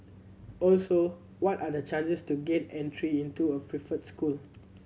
also what are the chances to gaining entry into a preferred school